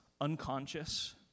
unconscious